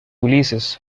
ulises